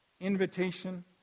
invitation